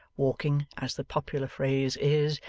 walking, as the popular phrase is,